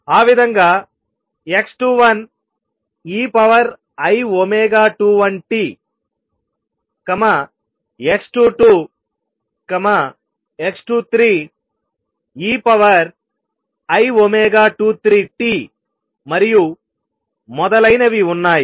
ఆ విధంగా x21 ei21t x22 x23 ei23tమరియు మొదలైనవి ఉన్నాయి